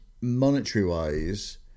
monetary-wise